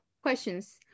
questions